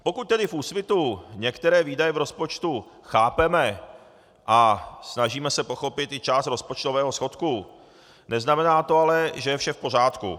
Pokud tedy v Úsvitu některé výdaje v rozpočtu chápeme a snažíme se pochopit i část rozpočtového schodku, neznamená to ale, že je vše v pořádku.